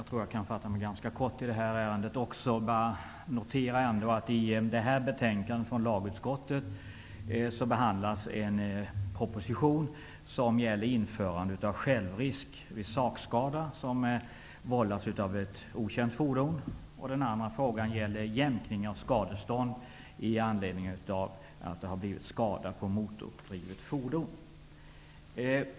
Herr talman! Jag skall fatta mig kort. Den första fråga som behandlas i lagutskottets betänkande Den andra frågan gäller jämkning av skadestånd i anledning av skada på motordrivet fordon.